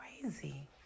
crazy